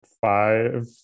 five